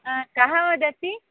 कः वदति